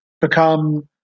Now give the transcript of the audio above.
become